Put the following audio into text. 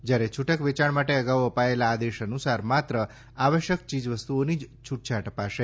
જ્યારે છૂટક વેચાણ માટે અગાઉ આપાયેલા આદેશ અનુસાર માત્ર આવશ્યક ચીજ વસ્તુઓની જ છૂટછાટ અપાશે